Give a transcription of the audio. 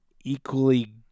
equally